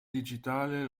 digitale